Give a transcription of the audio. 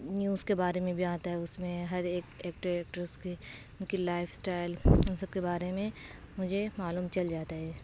news کے بارے میں بھی آتا ہے اس میں ہر ایک ایکٹر ایکٹریس کے ان کی لائف سٹائل ان سب کے بارے میں مجھے معلوم چل جاتا ہے